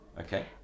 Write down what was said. Okay